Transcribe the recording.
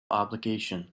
obligation